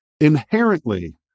inherently